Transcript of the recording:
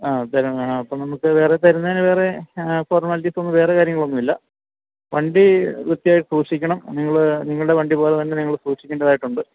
ആ തരും വേണം അപ്പോൾ നമുക്ക് വേറെ തരുന്നതിന് വേറെ ഫോർമാലിറ്റീസൊന്നും വേറെ കാര്യങ്ങളൊന്നുമില്ല വണ്ടി വൃത്തിയായി സൂക്ഷിക്കണം നിങ്ങൾ നിങ്ങളുടെ വണ്ടി പോലെ തന്നെ നിങ്ങൾ സൂക്ഷിക്കേണ്ടതായിട്ടുണ്ട്